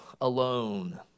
alone